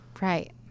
Right